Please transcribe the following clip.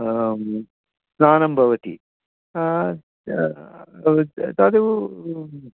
स्नानं भवति तद्